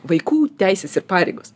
vaikų teisės ir pareigos